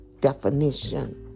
definition